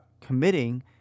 committing